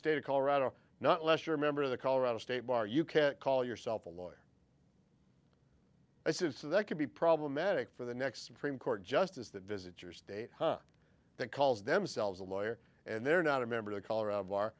state of colorado not unless you're a member of the colorado state bar you can't call yourself a lawyer i says so that could be problematic for the next supreme court justice that visit your state that calls themselves a lawyer and they're not a member of the color of are